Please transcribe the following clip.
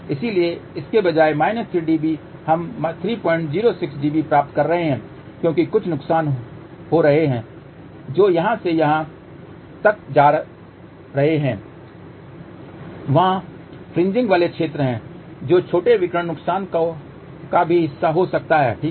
इसलिए इसके बजाय 3 dB हम 306 dB प्राप्त कर रहे हैं क्योंकि कुछ नुकसान हो रहे हैं जो यहां से यहां तक जा रहे हैं वहां फ्रिन्जिंग वाले क्षेत्र हैं जो छोटे विकिरण नुकसान का भी हिस्सा हो सकता है ठीक है